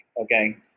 okay